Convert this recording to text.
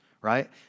right